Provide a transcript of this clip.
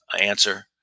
answer